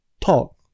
talk